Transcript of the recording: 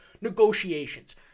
negotiations